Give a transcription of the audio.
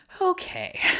Okay